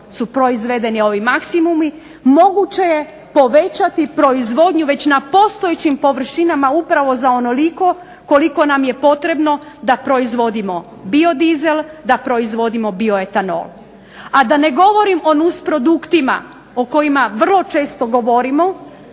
su proizvedeni ovi maksimumi moguće je povećati proizvodnju već na postojećim površinama upravo za onoliko koliko nam je potrebno da proizvodimo bio dizel, da proizvodimo bio etanol. A da ne govorim o nus produktima o kojima vrlo često govorimo